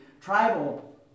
tribal